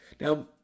Now